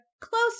close